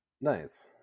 Nice